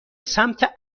سمت